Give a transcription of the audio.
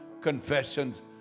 confessions